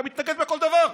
אתה מתנגד לכל דבר.